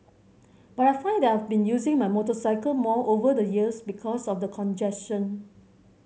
but I find that I've been using my motorcycle more over the years because of the congestion